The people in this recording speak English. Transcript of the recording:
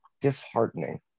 Disheartening